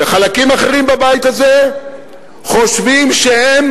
וחלקים אחרים בבית הזה חושבים שהם